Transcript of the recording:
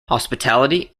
hospitality